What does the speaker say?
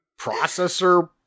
processor